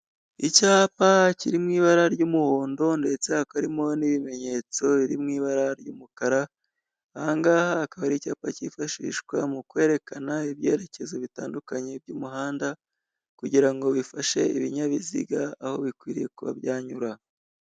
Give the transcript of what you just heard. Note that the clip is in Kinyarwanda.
Icyapa kiri mu ibara ry'umuhondo ndetse hakarimo n'ibimenyetso biri mu ibara ry'umukara ahangaha hakaba icyapa cyifashishwa mu kwerekana ibyerekezo bitandukanye by'umuhanda kugirango bifashe ibinyabiziga aho bikwiriye kuba byanyura.